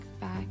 back